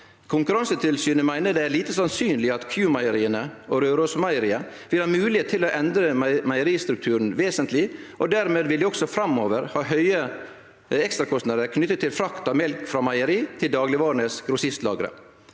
«Konkurransetilsynet mener at det er lite sannsynlig at Q-meieriene og Rørosmeieriet vil ha mulighet til å endre meieristrukturen vesentlig, og dermed vil de også fremover ha høye ekstrakostnader knyttet til frakt av melk fra meieri til dagligvarekjedenes grossistlagre.